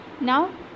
now